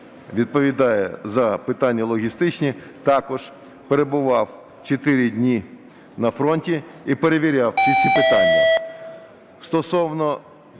відповідає за питання логістичні, також перебував 4 дні на фронті і перевіряв ці всі питання.